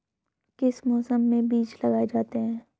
किस मौसम में बीज लगाए जाते हैं?